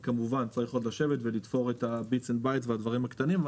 כי כמובן צריך עוד לשבת ולתפור את ה-bits and bytes והדברים הקטנים.